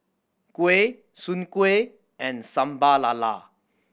kuih Soon Kuih and Sambal Lala